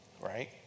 right